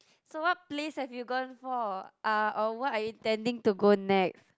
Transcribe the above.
so what plays have you gone for uh or what are you intending to go next